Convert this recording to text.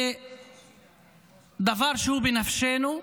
זה דבר שהוא בנפשנו.